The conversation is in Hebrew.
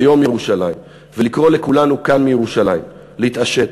ביום ירושלים, ולקרוא לכולנו כאן מירושלים להתעשת,